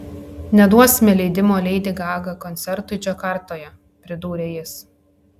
neduosime leidimo leidi gaga koncertui džakartoje pridūrė jis